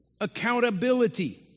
accountability